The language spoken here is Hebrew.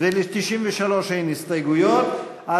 ל-93 אין הסתייגויות.